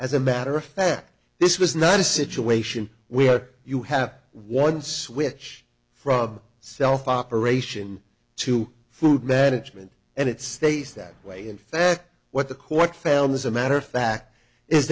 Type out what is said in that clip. as a matter of fact this was not a situation where you have one switch from self operation to food management and it stays that way in fact what the court found is a matter of fact is